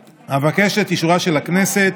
אבקש את אישורה של הכנסת.